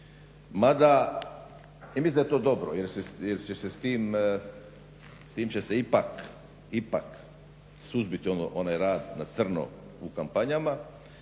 Ja mislim da je to dobro jer će se s tim će se ipak suzbiti onaj rad na crno u kampanjama,